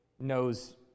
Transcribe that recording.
knows